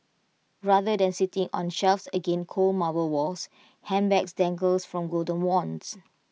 rather than sitting on shelves against cold marble walls handbags dangles from golden wands